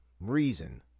reason